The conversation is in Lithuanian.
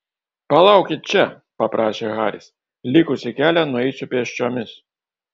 palaukit čia paprašė haris likusį kelią nueisiu pėsčiomis